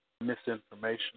misinformation